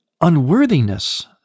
unworthiness